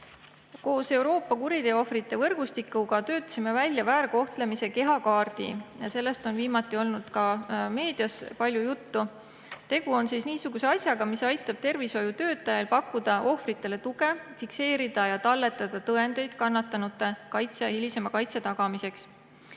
Koos Euroopa kuriteoohvrite võrgustikuga töötasime välja väärkohtlemise kehakaardi. Sellest on viimati olnud ka meedias palju juttu. Tegu on niisuguse asjaga, mis aitab tervishoiutöötajail pakkuda ohvritele tuge, fikseerida ja talletada tõendeid kannatanute hilisema kaitse tagamiseks.